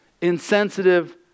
insensitive